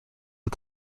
but